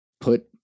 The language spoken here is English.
put